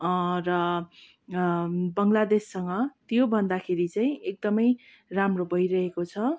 र बङ्लादेशसँग त्यो भन्दाखेरि चाहिँ एकदमै राम्रो भइरहेको छ